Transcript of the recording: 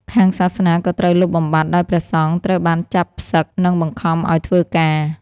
ខាងសាសនាក៏ត្រូវលុបបំបាត់ដោយព្រះសង្ឃត្រូវបានចាប់ផ្សឹក និងបង្ខំឱ្យធ្វើការ។